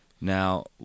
Now